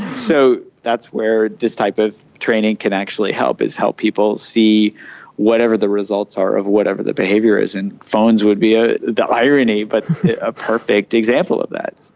so that's where this type of training can actually help, is help people see whatever the results are or whatever the behaviour is, and phones would be ah the irony but a perfect example of that.